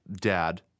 Dad